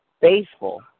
faithful